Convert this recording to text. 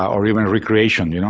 or even recreation, you know,